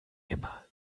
immer